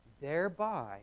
Thereby